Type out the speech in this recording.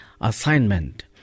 assignment